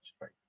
right